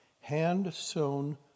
hand-sewn